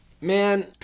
man